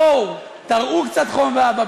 בואו, תראו קצת חום ואהבה.